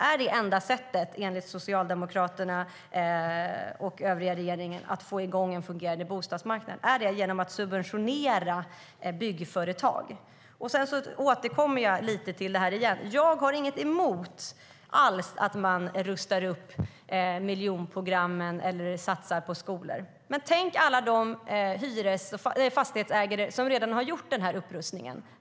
Är det enda sättet att få igång en fungerande bostadsmarknad enligt Socialdemokraterna och övriga regeringen att subventionera byggföretag? Jag återkommer lite grann till detta. Jag har alls inget emot att man rustar upp miljonprogramsområden eller satsar på skolor. Men tänk på alla de fastighetsägare som redan har gjort upprustningen.